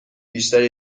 بیشتری